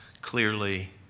Clearly